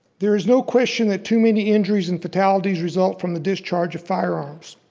there is no question that too many injuries and fatalities result from the discharge of firearms.